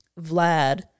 Vlad